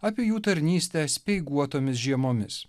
apie jų tarnystę speiguotomis žiemomis